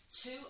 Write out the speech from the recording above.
Two